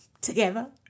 together